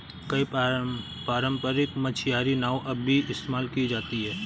कई पारम्परिक मछियारी नाव अब भी इस्तेमाल की जाती है